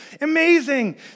Amazing